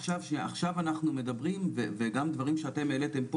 עכשיו אנחנו מדברים וגם דברים שאתם העליתם פה